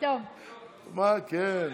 עוד אל תתחיל לי את